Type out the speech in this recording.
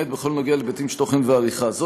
למעט בכל הנוגע להיבטים של תוכן ועריכה.